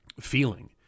feeling